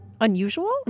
unusual